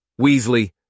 Weasley